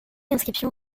inscriptions